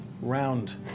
Round